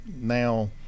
now